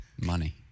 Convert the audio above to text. Money